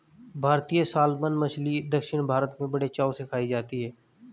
भारतीय सालमन मछली दक्षिण भारत में बड़े चाव से खाई जाती है